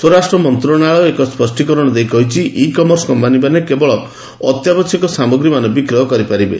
ସ୍ୱରାଷ୍ଟ୍ର ମନ୍ତ୍ରଣାଳୟ ଏକ ସ୍ୱଷ୍ଠୀକରଣ ଦେଇ କହିଛି ଇ କମର୍ସ କମ୍ପାନୀମାନେ କେବଳ ଅତ୍ୟାବଶ୍ୟକ ସାମଗ୍ରୀମାନ ବିକ୍ରୟ କରିପାରିବେ